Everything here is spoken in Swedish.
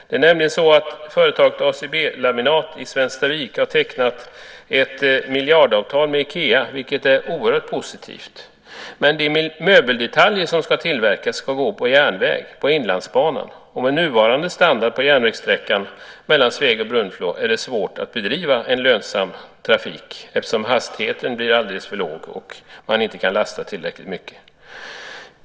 Det är nämligen så att företaget ACB Laminat i Svenstavik har tecknat ett miljardavtal med Ikea, vilket är oerhört positivt. Men de möbeldetaljer som ska tillverkas ska gå på Inlandsbanan, och med nuvarande standard på järnvägssträckan mellan Sveg och Brunflo är det svårt att bedriva en lönsam trafik eftersom hastigheten blir alldeles för låg och eftersom man inte kan lasta tillräckligt mycket.